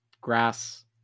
grass